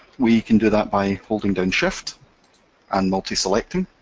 we can do that by holding down shift and multi-selecting.